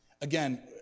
Again